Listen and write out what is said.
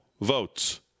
votes